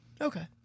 Okay